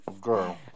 Girl